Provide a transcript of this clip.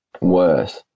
worse